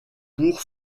pour